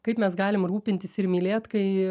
kaip mes galim rūpintis ir mylėt kai